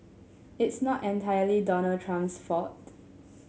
it's not entirely Donald Trump's fault